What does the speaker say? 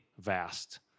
vast